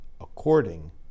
according